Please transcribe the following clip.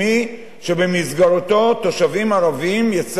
שבמסגרתו תושבים ערבים יסייעו,